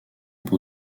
pour